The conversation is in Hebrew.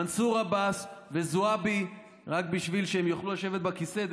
מנסור עבאס וזועבי רק בשביל שהם יוכלו לשבת בכיסא,